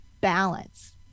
balance